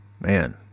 man